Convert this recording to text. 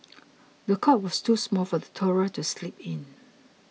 the cot was too small for the toddler to sleep in